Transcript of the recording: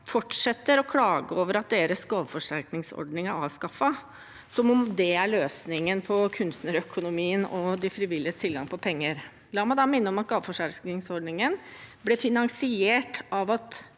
fortsetter å klage over at deres gaveforsterkningsordning er avskaffet, som om den er løsningen på kunstnerøkonomien og de frivilliges tilgang på penger. La meg da minne om at gaveforsterkningsordningen ble finansiert av at